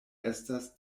estas